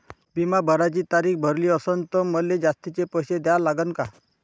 बिमा भराची तारीख भरली असनं त मले जास्तचे पैसे द्या लागन का?